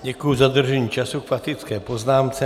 Děkuji za dodržení času k faktické poznámce.